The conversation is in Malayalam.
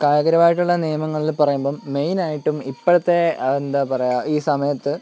കായികപരമായിട്ടുള്ള നിയമങ്ങളിൽ പറയുമ്പം മെയിൻ ആയിട്ടും ഇപ്പോഴത്തെ എന്താണ് പറയുക ഈ സമയത്ത്